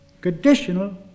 conditional